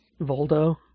Voldo